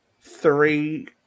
three